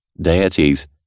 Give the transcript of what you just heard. deities